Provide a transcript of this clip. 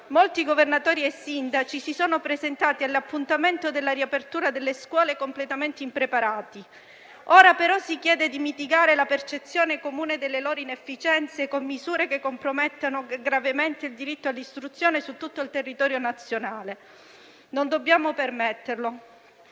molti governatori e sindaci si sono presentati all'appuntamento della riapertura delle scuole completamente impreparati. Ora, però, si chiede di mitigare la percezione comune delle loro inefficienze con misure che compromettono gravemente il diritto all'istruzione su tutto il territorio nazionale. Non dobbiamo permetterlo.